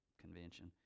Convention